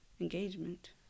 engagement